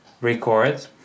record